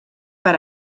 per